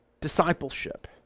discipleship